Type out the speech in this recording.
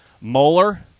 molar